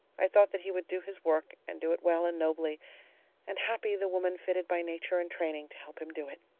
i thought that he would do his work and do it well and nobly and happy the woman fitted by nature and training to help him do it.